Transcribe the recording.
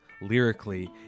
Lyrically